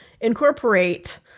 incorporate